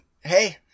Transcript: hey